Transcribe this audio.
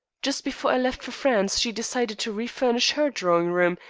just before i left for france she decided to refurnish her drawing-room,